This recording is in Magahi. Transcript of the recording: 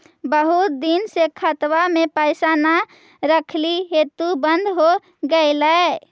बहुत दिन से खतबा में पैसा न रखली हेतू बन्द हो गेलैय?